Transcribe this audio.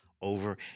over